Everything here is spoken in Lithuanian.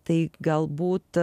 tai galbūt